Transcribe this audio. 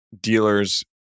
dealers